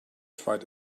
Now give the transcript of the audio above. tried